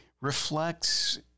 reflects